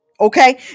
okay